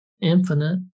infinite